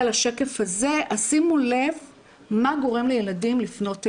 לשקף הזה, שימו לב מה גורם לילדים לפנות אלינו.